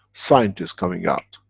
scientists coming out,